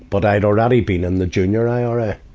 but i'd already been in the junior ira,